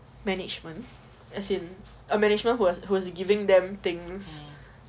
management's as in a management who was who was giving them things